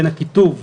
בין הכיתוב,